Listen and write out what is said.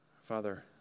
Father